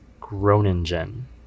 Groningen